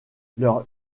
leur